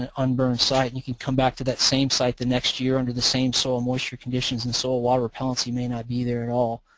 an unburned site and you can come back to that same site the next year under the same soil moisture conditions and soil water repellency may not be there at all.